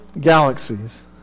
galaxies